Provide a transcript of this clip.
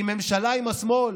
כי בממשלה עם השמאל